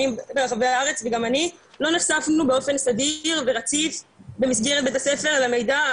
ברחבי הארץ וגם אני לא נחשפנו באופן סדיר ורציף במסגרת בית הספר למידע,